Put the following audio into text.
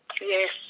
Yes